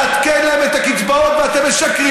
לעדכן להם את הקצבאות ב-1 בינואר 2018 ואתם משקרים,